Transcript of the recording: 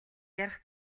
ярих